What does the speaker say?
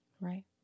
Right